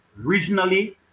regionally